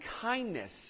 kindness